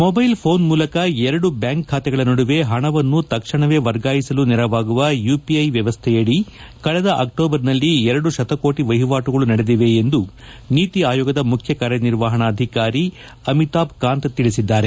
mobile phone ಮೂಲಕ ಎರಡು bank ಖಾತೆಗಳ ನಡುವೆ ಹಣವನ್ನು ತಕ್ಷಣವೇ ವರ್ಗಾಯಿಸಲು ನೆರವಾಗುವ ಯುಪಿಐ ವ್ಯವಸ್ಥೆಯಡಿ ಕಳೆದ ಅಕ್ಷೋಬರ್ನಲ್ಲಿ ಎರಡು ಶತಕೋಟಿ ವಹಿವಾಟುಗಳು ನಡೆದಿವೆ ಎಂದು ನೀತಿ ಆಯೋಗದ ಮುಖ್ಯ ಕಾರ್ಯ ನಿರ್ವಹಣಾಧಿಕಾರಿ ಅಮಿತಾಬ್ ಕಾಂತ್ ತಿಳಿಸಿದ್ದಾರೆ